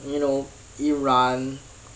you know iran